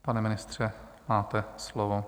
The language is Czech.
Pane ministře, máte slovo.